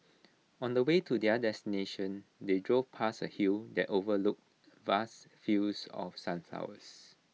on the way to their destination they drove past A hill that overlooked vast fields of sunflowers